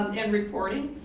and reporting.